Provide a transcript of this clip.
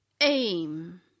aim